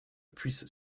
puisse